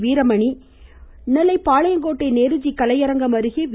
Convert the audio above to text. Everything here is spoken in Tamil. வீரமணி நெல்லை பாளையங்கோட்டை நேருஜி கலையரங்கம் அருகே வி